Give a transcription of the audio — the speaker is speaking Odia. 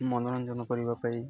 ମନୋରଞ୍ଜନ କରିବା ପାଇଁ